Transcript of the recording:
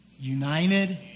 united